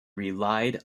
relied